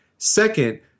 Second